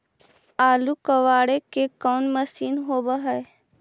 आलू कबाड़े के कोन मशिन होब है?